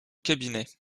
cabinet